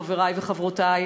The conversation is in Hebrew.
חברי וחברותי,